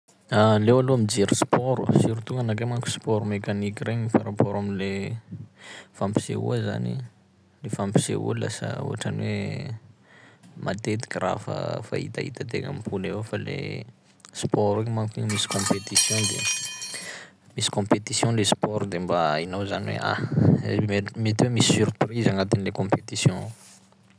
Aleo aloha mijery sport surtout anakay manko sport mecanique regny par rapport amy lee fampisehoa zany; le fampisehoa lasa ohatran'ny hoe matetiky raha fa fahitahitan-tegna mimpoly eo fa le sport igny manko igny misy compétition de misy compétition le sport de mba hainao zany hoe ah! Mety- mety hoe misy surprise agnatin'le compétition ao.